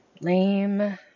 Lame